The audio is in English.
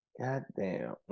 Goddamn